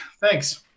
thanks